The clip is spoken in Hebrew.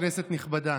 כנסת נכבדה,